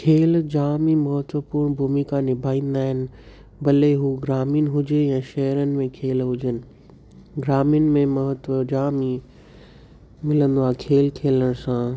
खेल जाम ई महत्वपूर्ण भुमिका निभाईंदा आहिनि भले उहे ग्रामीण हुजे या शहरनि में खेल हुजनि ग्रामीण में महत्व जाम ई मिलंदो आहे खेल खेलण सां